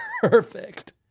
Perfect